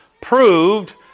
proved